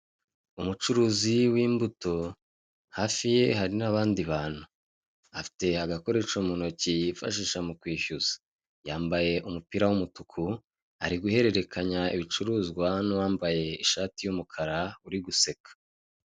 Umucuruzi w'imbuto hafi ye hari n'abandi bantu afite agakoresho mu ntoki yifashisha mu kwishyuza, yambaye umupira w'umutuku ari guhererekanya ibicuruzwa n'uwambaye ishati y'umukara uri guseka.